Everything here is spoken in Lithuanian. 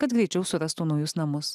kad greičiau surastų naujus namus